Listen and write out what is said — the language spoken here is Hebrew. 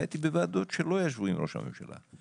והייתי בוועדות שלא ישבו עם ראש הממשלה.